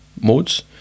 modes